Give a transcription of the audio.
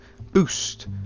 boost